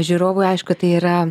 žiūrovui aišku tai yra